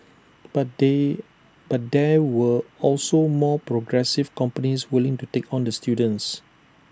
but they but there were also more progressive companies willing to take on the students